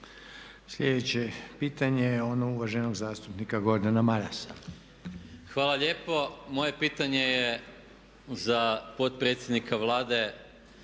Sljedeće pitanje je ono uvaženog zastupnika Gordana Marasa. **Maras, Gordan (SDP)** Hvala lijepo. Moje pitanje je za potpredsjednika Vlade